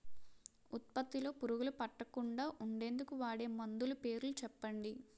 ఉత్పత్తి లొ పురుగులు పట్టకుండా ఉండేందుకు వాడే మందులు పేర్లు చెప్పండీ?